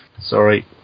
Sorry